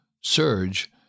surge